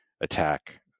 attack